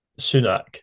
Sunak